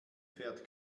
fährt